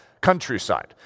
countryside